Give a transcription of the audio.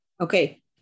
okay